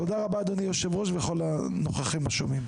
תודה רבה, אדוני היושב ראש, וכל הנוכחים השומעים.